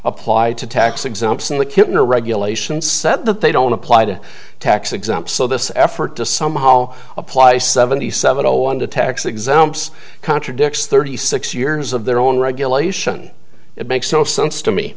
apply to tax exemption the kitten or regulations said that they don't apply to tax exempt so this effort to somehow apply seventy seven zero on the tax exempt contradicts thirty six years of their own regulation it makes no sense to me